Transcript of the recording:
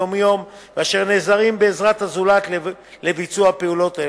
היום-יום אשר נעזרים בעזרת הזולת לביצוע פעולות אלה.